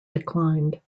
declined